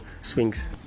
swings